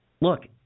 look –